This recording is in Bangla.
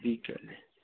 বিকেলে